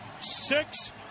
six